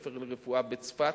בית-ספר לרפואה בצפת,